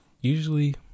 usually